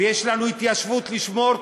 ויש לנו התיישבות לשמור,